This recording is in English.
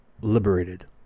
liberated